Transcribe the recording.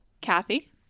Kathy